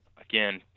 again